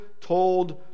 told